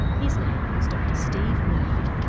his name was dr steve murphy.